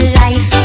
life